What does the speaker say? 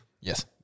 Yes